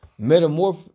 metamorph